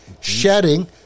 shedding